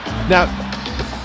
Now